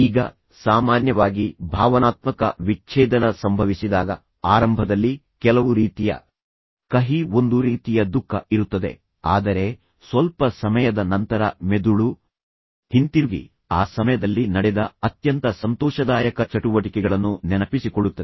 ಈಗ ಸಾಮಾನ್ಯವಾಗಿ ಭಾವನಾತ್ಮಕ ವಿಚ್ಛೇದನ ಸಂಭವಿಸಿದಾಗ ಆರಂಭದಲ್ಲಿ ಕೆಲವು ರೀತಿಯ ಕಹಿ ಒಂದು ರೀತಿಯ ದುಃಖ ಇರುತ್ತದೆ ಆದರೆ ಸ್ವಲ್ಪ ಸಮಯದ ನಂತರ ಮೆದುಳು ಹಿಂತಿರುಗಿ ಆ ಸಮಯದಲ್ಲಿ ನಡೆದ ಅತ್ಯಂತ ಸಂತೋಷದಾಯಕ ಚಟುವಟಿಕೆಗಳನ್ನು ನೆನಪಿಸಿಕೊಳ್ಳುತ್ತದೆ